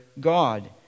God